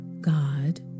God